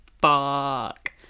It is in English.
fuck